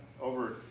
over